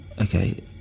Okay